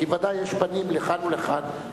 כי ודאי יש פנים לכאן ולכאן.